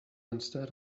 instead